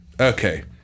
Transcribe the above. okay